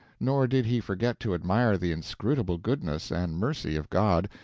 nor did he forget to admire the inscrutable goodness and mercy of god,